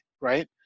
right